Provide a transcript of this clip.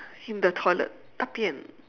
in the toilet 大便